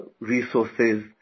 resources